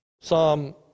Psalm